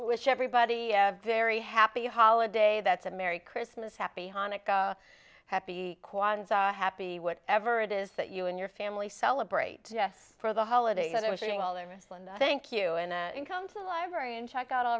wish everybody a very happy holiday that said merry christmas happy hanukkah happy kwanzaa happy what ever it is that you and your family celebrate yes for the holidays as i was saying all the missile and i thank you and then come to the library and check out all